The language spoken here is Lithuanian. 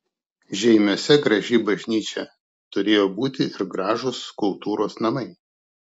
žeimiuose graži bažnyčia turėjo būti ir gražūs kultūros namai